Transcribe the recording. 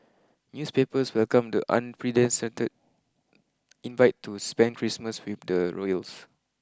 newspapers welcomed the unpredencented invite to spend Christmas with the royals